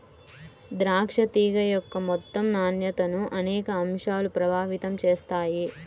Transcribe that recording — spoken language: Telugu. ద్రాక్ష తీగ యొక్క మొత్తం నాణ్యతను అనేక అంశాలు ప్రభావితం చేస్తాయి